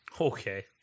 Okay